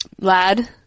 lad